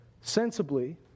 sensibly